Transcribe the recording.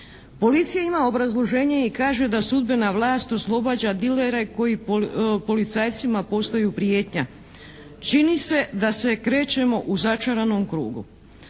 Policija ima obrazloženje i kaže da sudbena vlast oslobađa dilere koji policajcima postaju prijetnja. Čini se da se krećemo u začaranom krugu.